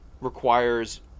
Requires